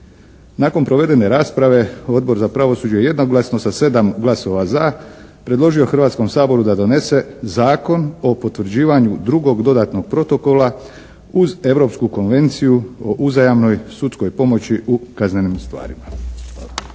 Nakon provedene rasprave Odbor za pravosuđe je jednoglasno sa 7 glasova za predložio Hrvatskom saboru da donese Zakon o potvrđivanju drugog dodatnog protokola uz Europsku konvenciju o uzajamnoj sudskoj pomoći u kaznenim stvarima.